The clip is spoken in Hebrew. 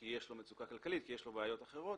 כי יש לו מצוקה כלכלית או יש לו בעיות אחרות